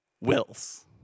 wills